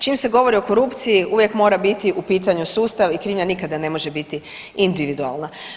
Čim se govori o korupciji uvijek mora biti u pitanju sustav i krivnja nikada ne može biti individualna.